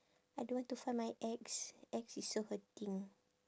I don't want to find my ex ex is so hurting